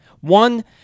One